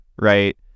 right